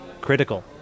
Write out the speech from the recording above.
critical